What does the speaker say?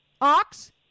Ox